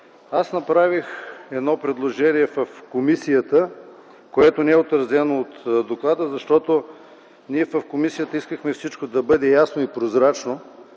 аз направих едно предложение в комисията, което не е отразено в доклада, защото ние в комисията искахме всичко да бъде ясно и прозрачно,